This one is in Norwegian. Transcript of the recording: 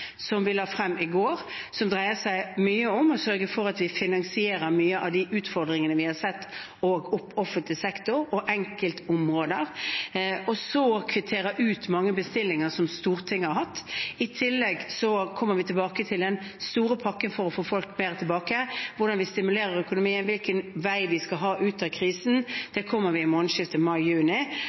som vi la frem i går, som dreier seg mye om å sørge for at vi finansierer mange av de utfordringene vi har sett, offentlig sektor og enkeltområder, og så kvittere ut mange bestillinger som Stortinget har hatt. I tillegg kommer vi tilbake til den store pakken for å få folk mer tilbake. Hvordan vi stimulerer økonomien, hvilken vei vi skal ha ut av krisen – det kommer i månedsskiftet